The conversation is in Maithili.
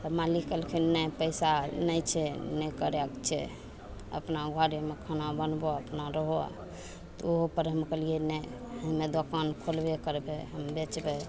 तऽ मालिक कहलखिन नहि पैसा नहि छै ने करयके छै अपना घरेमे खाना बनबऽ अपना रहऽ तऽ उहोपर हम कहलियै नहि हम्मे दोकान खोलबय करबय हम बेचबय